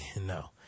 No